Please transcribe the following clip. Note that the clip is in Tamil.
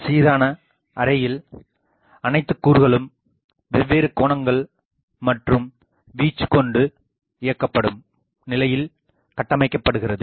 சீரான அரேயில் அனைத்துக்கூறுகளும் வெவ்வேறு கோணங்கள் மற்றும் வீச்சுக்கொண்டு இயக்கப்படும்நிலையில் கட்டமைக்கப்படுகிறது